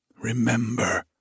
Remember